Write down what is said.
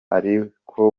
ariko